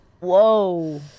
Whoa